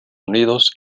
unidos